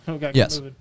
Yes